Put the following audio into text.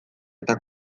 eta